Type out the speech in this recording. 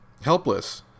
helpless